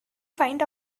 find